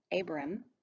Abram